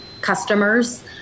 customers